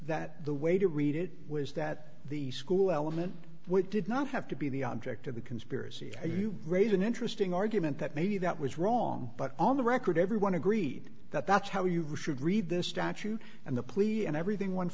that the way to read it was that the school element would did not have to be the object of the conspiracy you raise an interesting argument that maybe that was wrong but on the record everyone agreed that that's how you should read the statute and the police and everything went